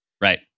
right